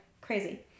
crazy